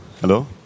Hello